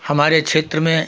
हमारे क्षेत्र में